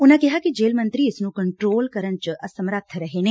ਉਨੂਾ ਕਿਹਾ ਕਿ ਜੇਲੂ ਮੰਤਰੀ ਇਸ ਨੂੰ ਕੰਟਰੋਲ ਕਰਨ ਚ ਅਸਮੱਰਥ ਰਹੇ ਨੇ